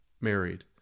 married